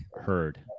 Heard